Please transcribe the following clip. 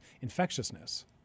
infectiousness